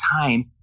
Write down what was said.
time